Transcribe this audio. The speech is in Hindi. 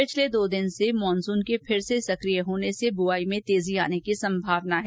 पिछले दो दिन से मानसून के फिर से सकिय होने से बुआई में तेजी आने की संभावना है